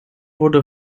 wurde